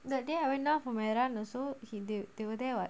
that day I went for my my run also he they they were there [what]